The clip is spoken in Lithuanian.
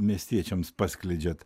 miestiečiams paskleidžiat